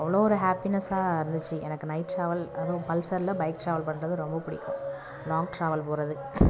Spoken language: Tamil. அவ்வளோ ஒரு ஹாப்பினஸாக இருந்துச்சு எனக்கு நைட் ட்ராவல் அதுவும் பல்சரில் பைக் ட்ராவல் பண்ணுறது ரொம்ப பிடிக்கும் லாங் ட்ராவல் போகிறது